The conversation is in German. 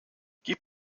gib